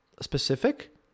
specific